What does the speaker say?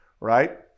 right